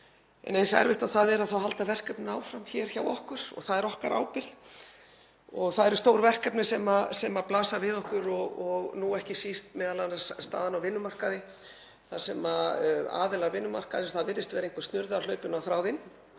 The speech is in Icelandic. eins erfitt og það er að halda verkefninu áfram hér hjá okkur en það er okkar ábyrgð. Það eru stór verkefni sem blasa við okkur og nú ekki síst staðan á vinnumarkaði þar sem aðilar vinnumarkaðarins — það virðist vera einhver snurða hlaupin á þráðinn